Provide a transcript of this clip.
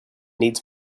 needs